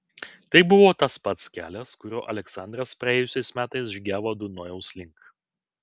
tai buvo tas pats kelias kuriuo aleksandras praėjusiais metais žygiavo dunojaus link